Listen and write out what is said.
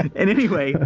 and anyway.